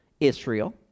Israel